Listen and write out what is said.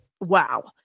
Wow